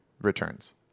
Returns